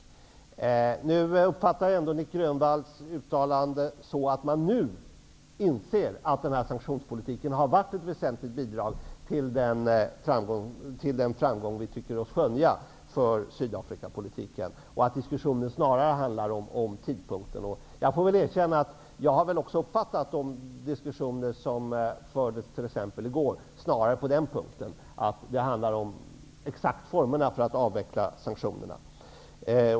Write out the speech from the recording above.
Jag uppfattar ändå Nic Grönvalls uttalande så att man nu inser att denna sanktionspolitik har varit ett väsentligt bidrag till den framgång som vi tycker oss skönja för Sydafrikapolitiken och att diskussionen snarare handlar om tidpunkten. Jag får väl erkänna att jag har också uppfattat de diskussioner som fördes t.ex. i går så att det handlar om de exakta formerna för att avveckla sanktionerna.